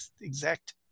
exact